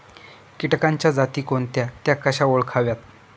किटकांच्या जाती कोणत्या? त्या कशा ओळखाव्यात?